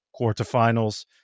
quarterfinals